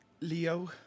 Leo